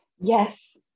yes